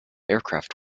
aircraft